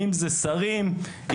שרים,